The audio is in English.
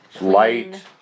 Light